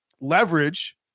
leverage